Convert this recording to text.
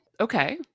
Okay